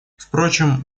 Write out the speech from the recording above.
впрочем